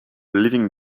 living